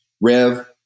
Rev